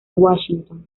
washington